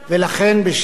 בשלב זה,